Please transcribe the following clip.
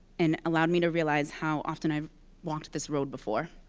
and allowed me to realize how often i've walked this road before.